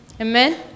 Amen